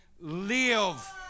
live